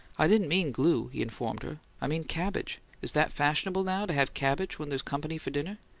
i didn't mean glue, he informed her. i mean cabbage. is that fashionable now, to have cabbage when there's company for dinner?